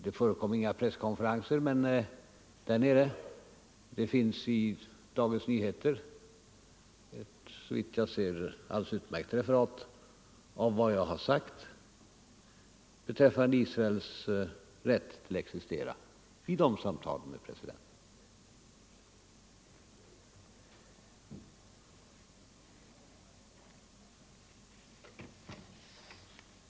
Det förekom inga presskonferenser där nere men det finns i Dagens Nyheter ett, såvitt jag förstår, alldeles utmärkt referat av vad jag har sagt beträffande Israels rätt att existera vid samtalen med presidenten.